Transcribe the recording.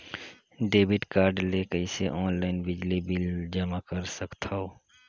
Debit card ले कइसे online बिजली बिल जमा कर सकथव?